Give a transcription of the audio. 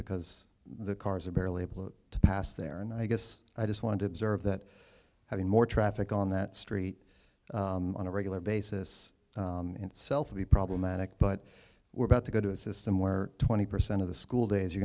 because the cars are barely able to pass there and i guess i just want to observe that having more traffic on that street on a regular basis itself be problematic but we're about to go to a system where twenty percent of the school days